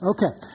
Okay